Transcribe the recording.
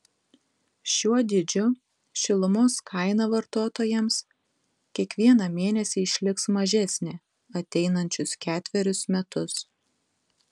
šiuo dydžiu šilumos kaina vartotojams kiekvieną mėnesį išliks mažesnė ateinančius ketverius metus